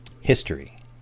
History